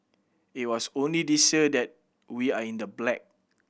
it was only this year that we are in the black